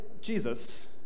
Jesus